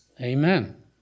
amen